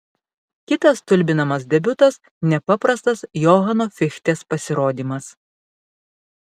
kitas stulbinamas debiutas nepaprastas johano fichtės pasirodymas